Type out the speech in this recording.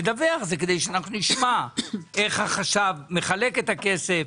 הכוונה היא שהם באים לפה כדי שנשמע איך החשב מחלק את הכסף,